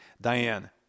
Diane